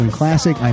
classic